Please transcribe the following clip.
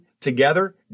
together